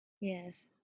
Yes